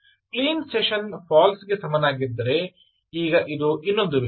clean session False ಗೆ ಸಮನಾಗಿದ್ದರೆ ಈಗ ಇದು ಇನ್ನೊಂದು ವಿಷಯ